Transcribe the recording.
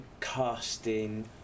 casting